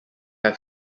have